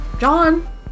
John